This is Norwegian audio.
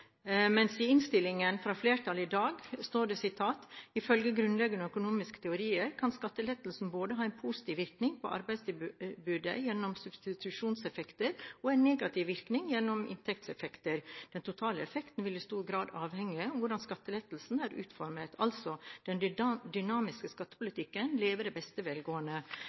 i en merknad fra flertallet, står det: «Ifølge grunnleggende økonomisk teori kan skattelettelser både ha en positiv virkning på arbeidstilbudet gjennom substitusjonseffekten og en negativ virkning gjennom inntektseffekten. Den totale effekten vil i stor grad avhenge av hvordan skattelettelsen er utformet.» Altså: Den dynamiske skattepolitikken lever i beste velgående.